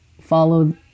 follow